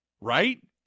Right